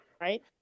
right